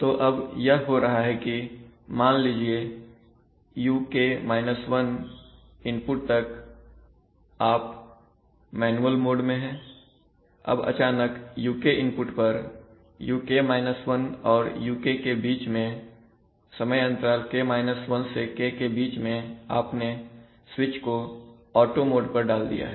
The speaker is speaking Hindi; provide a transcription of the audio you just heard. तो अब यह हो रहा है कि मान लीजिए UK - 1 इनपुट तक आप मैनुअल मोड में है अब अचानक UK इनपुट पर UK - 1 और UK के बीच मेंसमय अंतराल K 1 से K के बीच में आपने स्विच को ऑटो मोड पर डाल दिया है